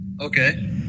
Okay